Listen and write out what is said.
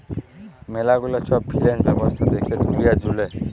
ম্যালা গুলা সব ফিন্যান্স ব্যবস্থা দ্যাখে দুলিয়া জুড়ে